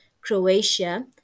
Croatia